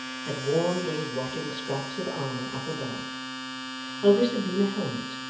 had worn those rotting scraps of armour up above how this had been a helmet,